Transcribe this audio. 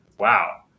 wow